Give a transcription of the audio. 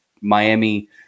Miami